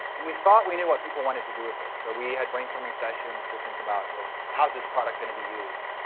and we thought we knew what people wanted to do with it. so we had brainstorming sessions to think about well, how's this product going to be used?